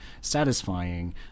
satisfying